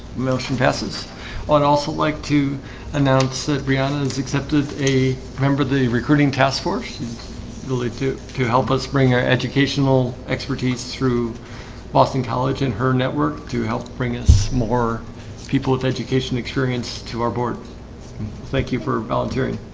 motion passes well i'd also like to announce that brianna is accepted a remember the recruiting task force really to to help us bring our educational expertise through boston college and her network to help bring us more people with education experience to our board thank you for volunteering